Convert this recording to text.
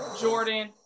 Jordan